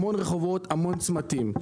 המון רחובות וצמתים.